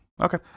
okay